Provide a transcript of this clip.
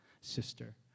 sister